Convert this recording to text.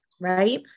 right